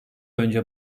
önce